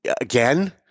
again